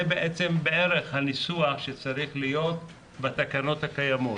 זה בערך הניסוח שצריך להיות בתקנות הקיימות.